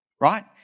Right